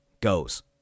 goes